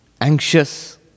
anxious